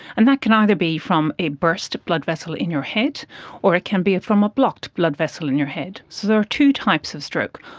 and that can either be from a burst blood vessel in your head or it can be from a blocked blood vessel in your head. so there are two types of stroke.